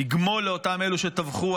לגמול לאותם אלה שטבחו,